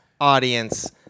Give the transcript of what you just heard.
audience